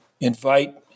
invite